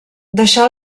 deixà